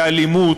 לאלימות.